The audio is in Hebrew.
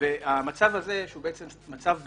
המצב הזה, שהוא מצב ביניים,